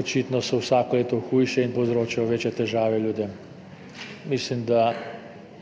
Očitno so vsako leto hujše in povzročajo večje težave ljudem. Mislim